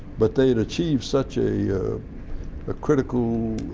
but they had achieved such a ah critical